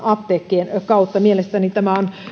apteekkien kautta mielestäni tämä on